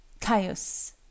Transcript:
Caius